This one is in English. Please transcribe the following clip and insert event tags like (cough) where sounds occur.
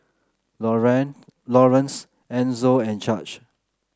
(unintelligible) Laurence Enzo and Judge